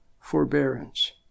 forbearance